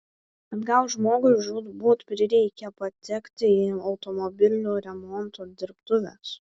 bet gal žmogui žūtbūt prireikė patekti į automobilių remonto dirbtuves